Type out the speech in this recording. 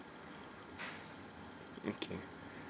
okay